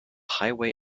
highway